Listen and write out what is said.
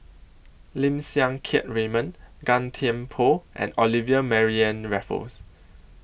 Lim Siang Keat Raymond Gan Thiam Poh and Olivia Mariamne Raffles